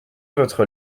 votre